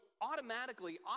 automatically